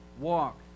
walk